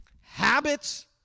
habits